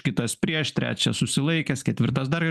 kitas prieš trečias susilaikęs ketvirtas dar ir